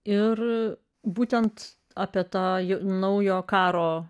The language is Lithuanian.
ir būtent apie tą jų naujo karo